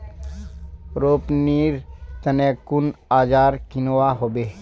रोपनीर तने कुन औजार किनवा हबे